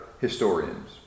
historians